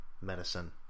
medicine